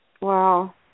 Wow